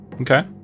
Okay